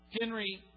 Henry